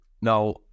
Now